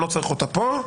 ולכן אני לא צריך אותה פה.